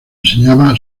enseñaba